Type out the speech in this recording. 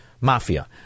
mafia